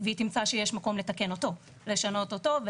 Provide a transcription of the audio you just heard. והיא תמצא שיש מקום לתקן אותו, לשנות אותו.